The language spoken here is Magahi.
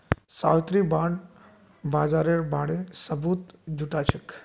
सावित्री बाण्ड बाजारेर बारे सबूत जुटाछेक